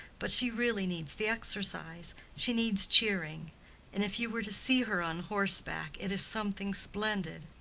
but she really needs the exercise she needs cheering. and if you were to see her on horseback, it is something splendid.